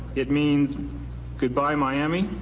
it means goodbye, miami.